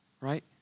Right